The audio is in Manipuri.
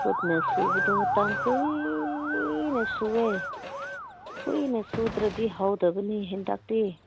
ꯈꯨꯠꯅ ꯁꯨꯕꯗꯣ ꯃꯇꯝ ꯀꯨꯏꯅ ꯁꯨꯏꯌꯦ ꯀꯨꯏꯅ ꯁꯨꯗ꯭ꯔꯗꯤ ꯍꯥꯎꯇꯕꯅꯤ ꯍꯦꯟꯇꯥꯛꯇꯤ